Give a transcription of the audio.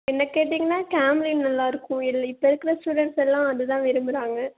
என்னை கேட்டீங்கன்னால் கேம்லின் நல்லாயிருக்கும் இதில் இப்போ இருக்கிற ஸ்டூடெண்ட்ஸ் எல்லாம் அது தான் விரும்பறாங்க